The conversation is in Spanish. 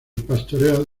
pastoreo